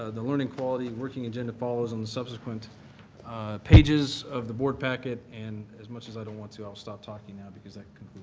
ah the learning quality and working agenda follows on the subsequent pages of the board packet, and as much as i don't want to, i'll stop talking now because that